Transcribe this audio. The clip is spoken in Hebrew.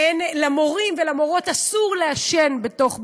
למורים ולמורות אסור לעשן בתוך בית-הספר,